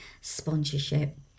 sponsorship